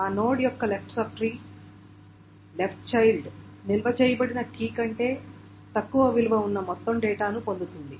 ఆ నోడ్ యొక్క left subtree left child నిల్వ చేయబడిన కీ కంటే తక్కువ విలువ ఉన్న మొత్తం డేటాను పొందుతుంది